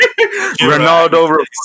Ronaldo